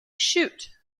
shoot